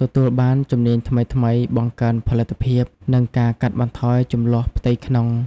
ទទួលបានជំនាញថ្មីៗ បង្កើនផលិតភាព និងការកាត់បន្ថយជម្លោះផ្ទៃក្នុង។